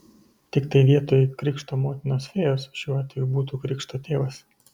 tiktai vietoj krikšto motinos fėjos šiuo atveju būtų krikšto tėvas